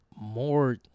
more